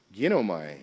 ginomai